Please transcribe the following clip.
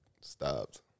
stopped